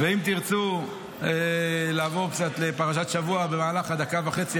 אם תרצו לעבור קצת לפרשת השבוע במהלך הדקה וחצי